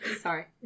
Sorry